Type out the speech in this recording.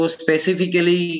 specifically